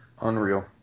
Unreal